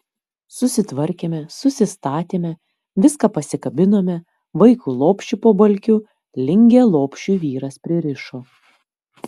susitvarkėme susistatėme viską pasikabinome vaikui lopšį po balkiu lingę lopšiui vyras pririšo